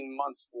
months